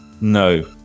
no